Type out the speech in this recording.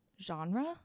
genre